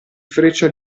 freccia